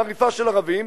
חריפה של ערבים,